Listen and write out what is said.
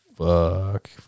fuck